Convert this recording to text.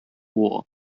war